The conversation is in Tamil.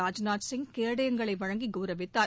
ராஜ்நாத் சிங் கேடயங்களை வழங்கி கவுரவித்தார்